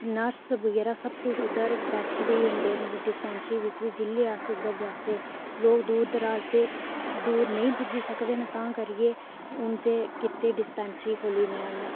nurse वगैरा सब किश उद्धर बैठे दे ही हुंदे न डिस्पैंसरी बिच्च बी जिल्ले अस्स उद्धर जाह्चै लोग दूर दराज ते दूर नेई पुज्जी सकदे न तां करियै उंदे गित्तै डिस्पेंसरियां खोह्ली दियां न